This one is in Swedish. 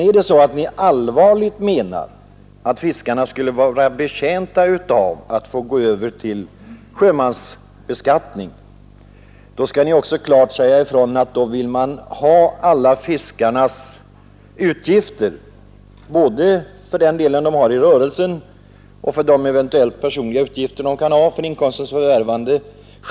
Är det så att ni allvarligt menar att fiskarna skulle vara betjänta av att få gå över till sjömansbeskattning, skall ni också klart säga ifrån att då vill ni ha alla fiskarnas utgifter schabloniserade, både den del de har i rörelsen och de eventuella personliga utgifter som de kan ha för inkomsternas förvärvande.